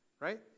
right